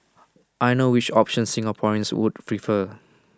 I know which option Singaporeans would prefer